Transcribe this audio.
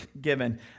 given